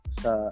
sa